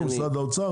משרד האוצר,